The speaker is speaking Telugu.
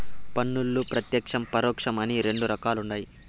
పన్నుల్ల ప్రత్యేక్షం, పరోక్షం అని రెండు రకాలుండాయి